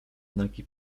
nagi